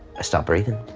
i stopped breathing.